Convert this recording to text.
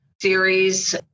series